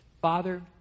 Father